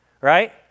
right